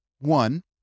One